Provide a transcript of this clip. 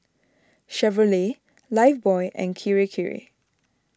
Chevrolet Lifebuoy and Kirei Kirei